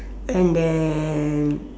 and then